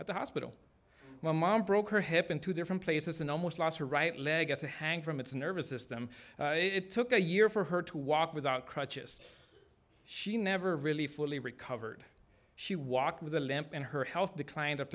at the hospital when mom broke her hip in two different places and almost lost her right leg as a hang from its nervous system it took a year for her to walk without crutches she never really fully recovered she walked with a limp in her health declined